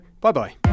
bye-bye